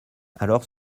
alors